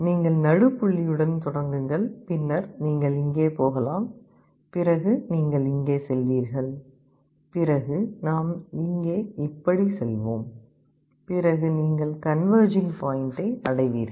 நீங்கள் நடு புள்ளியுடன் தொடங்குங்கள் பின்னர் நீங்கள் இங்கே போகலாம் பிறகு நீங்கள் இங்கே செல்வீர்கள் பிறகு நாம் இங்கே இப்படி செல்வோம் பிறகு நீங்கள் கன்வெர்ஜிங் பாயின்டை அடைவீர்கள்